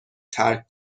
ترک